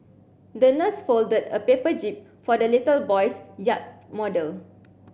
the nurse folded a paper jib for the little boy's yacht model